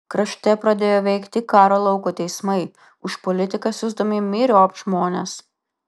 krašte pradėjo veikti karo lauko teismai už politiką siųsdami myriop žmones